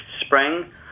spring